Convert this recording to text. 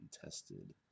tested